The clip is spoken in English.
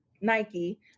Nike